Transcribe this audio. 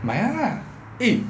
买 ya lah